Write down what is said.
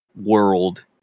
world